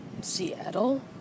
Seattle